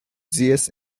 zeus